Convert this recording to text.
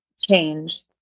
change